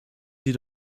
sie